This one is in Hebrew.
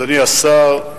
אדוני השר,